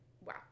Wow